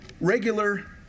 regular